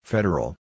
Federal